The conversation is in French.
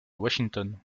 washington